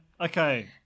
Okay